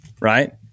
right